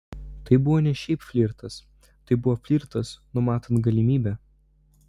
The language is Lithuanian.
tai buvo ne šiaip flirtas tai buvo flirtas numatant galimybę